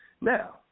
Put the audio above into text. Now